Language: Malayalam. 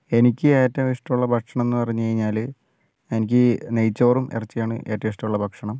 എനിക്ക് ഏറ്റവും ഇഷ്ടമുള്ള ഭക്ഷണം എന്നു പറഞ്ഞു കഴിഞ്ഞാൽ എനിക്ക് നെയ്ച്ചോറും ഇറച്ചിയും ആണ് ഏറ്റവും ഇഷ്ടമുള്ള ഭക്ഷണം